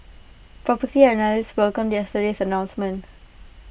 Property Analysts welcomed yesterday's announcement